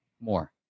more